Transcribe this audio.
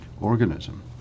organism